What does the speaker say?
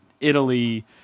Italy